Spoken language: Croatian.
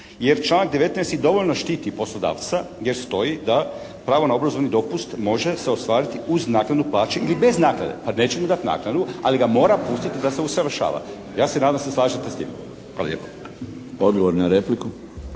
Jer članak 19. i dovoljno štiti poslodavca jer stoji da pravo na obrazovni dopust može se ostvariti uz naknadu plaće ili bez naknade, pa neće mu dati naknadu ali ga mora pustiti da se usavršava. Ja se nadam da se slažete s tim. Hvala lijepa. **Milinović,